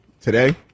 Today